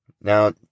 now